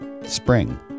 Spring